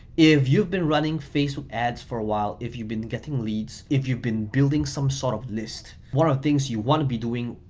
if you've been running facebook ads for a while, if you've been getting leads, if you've been building some sort of list, one of the things you wanna be doing,